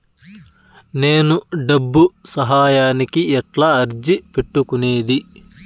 నేను డబ్బు సహాయానికి ఎట్లా అర్జీ పెట్టుకునేది?